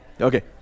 okay